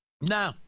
No